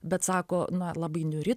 bet sako na labai niūri